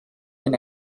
been